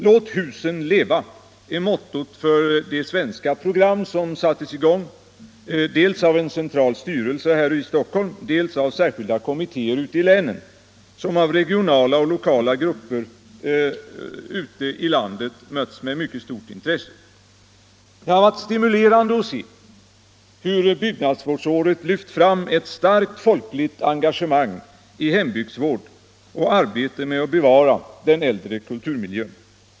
Låt husen leva är mottot för det svenska program som satts i gång dels Nr 89 av en central styrelse här i Stockholm, dels av särskilda kommittéer Fredagen den ute i länen och som av regionala och lokala grupper ute i landet har 23 maj 1975 mötts med mycket stort intresse. Det har varit stimulerande att sehur — byggnadsvårdsåret lyft fram ett starkt folkligt engagemang i hembygds = Statligt litteraturvård och arbete med att bevara den äldre kulturmiljön. stöd, m.m.